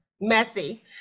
Messy